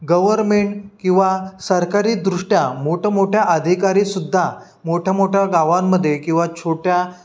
government किंवा सरकारी दृष्ट्या मोठमोठ्या अधिकारीसुद्धा मोठ्यामोठ्या गावांमध्ये किंवा छोट्या